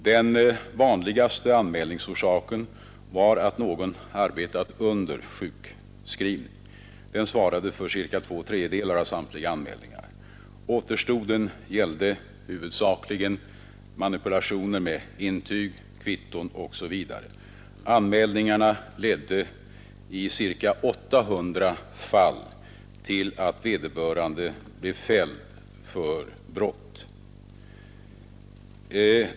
Den vanligaste anmälningsorsaken var att någon hade arbetat under sjukskrivningstiden. Den svarade för ungefär två tredjedelar av samtliga anmälningar. Återstoden gällde huvudsakligen manipulationer med intyg, kvitton osv. Anmälningarna ledde i ca 800 fall till att vederbörande blev fälld för brott.